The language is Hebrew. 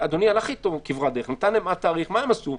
אדוני הלך איתם כברת דרך ומה הם עשו?